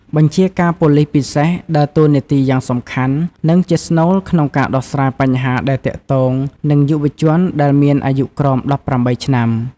បញ្ជាការប៉ូលិសពិសេស ដើរតួនាទីយ៉ាងសំខាន់ និងជាស្នូលក្នុងការដោះស្រាយបញ្ហាដែលទាក់ទងនឹង យុវជនដែលមានអាយុក្រោម ១៨ ឆ្នាំ។